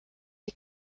die